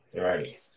right